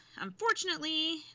Unfortunately